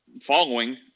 following